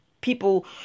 people